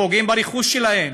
פוגעים ברכוש שלהם,